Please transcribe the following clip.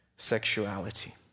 sexuality